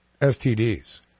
STDs